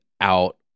out